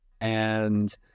And-